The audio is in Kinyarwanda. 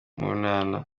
urunana